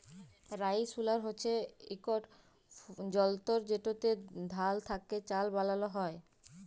rice huller হছে ইকট যলতর যেটতে ধাল থ্যাকে চাল বালাল হ্যয়